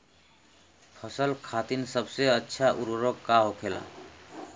फसल खातीन सबसे अच्छा उर्वरक का होखेला?